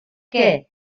què